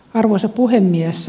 arvoisa puhemies